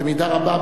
במידה רבה,